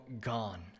gone